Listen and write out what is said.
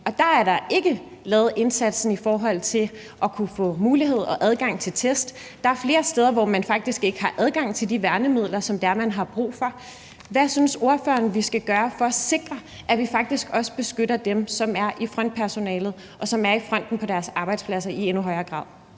og der er der ikke lavet den indsats i forhold til at få mulighed for og adgang til test. Der er flere steder, hvor man faktisk ikke har adgang til de værnemidler, som man har brug for. Hvad synes ordføreren vi skal gøre for at sikre, at vi faktisk også beskytter dem, som er i frontpersonalet, og som er i fronten på deres arbejdspladser i endnu højere grad?